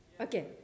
Okay